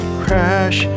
crash